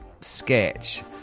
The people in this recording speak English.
sketch